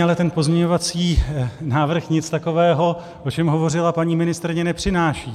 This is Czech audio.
Ale ten pozměňovací návrh nic takového, o čem hovořila paní ministryně, nepřináší.